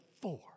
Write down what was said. four